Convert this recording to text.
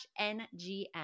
NGM